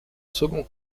second